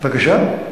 בבקשה?